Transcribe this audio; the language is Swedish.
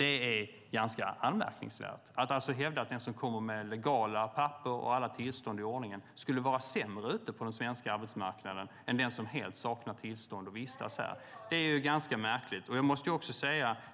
Det är ganska anmärkningsvärt att hävda att den som kommer med legala papper och alla tillstånd i ordning skulle vara sämre ute på den svenska arbetsmarknaden än den som helt saknar tillstånd och vistas här. Det är ganska märkligt.